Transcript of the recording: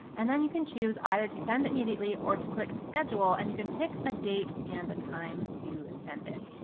and then you can choose either to send it immediately or to click schedule, and you can pick a date and a time to send it.